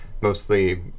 mostly